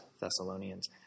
Thessalonians